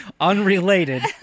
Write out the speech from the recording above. unrelated